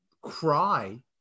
cry